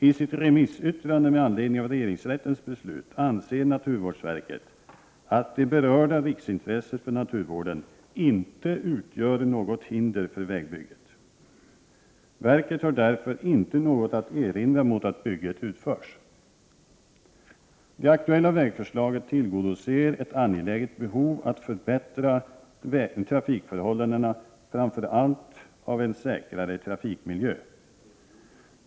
I sitt remissyttrande med anledning av regeringsrättens beslut anser naturvårdsverket att det berörda riksintresset för naturvården inte utgör något hinder för vägbygget. Verket har därför inte något att erinra mot att bygget utförs. Det aktuella vägförslaget tillgodoser ett angeläget behov av förbättrade trafikförhållanden och framför allt av en säkrare trafikmiljö.